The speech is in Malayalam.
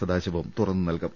സദാശിവം തുറന്നു നൽകും